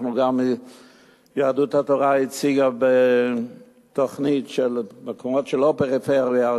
יהדות התורה הציגה תוכנית של מקומות שאינם פריפריה,